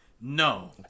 no